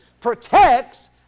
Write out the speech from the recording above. protects